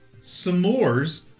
s'mores